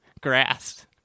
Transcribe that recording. grass